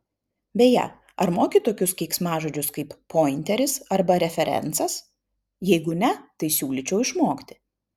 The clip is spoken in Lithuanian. beje ar moki tokius keiksmažodžius kaip pointeris arba referencas jeigu ne tai siūlyčiau išmokti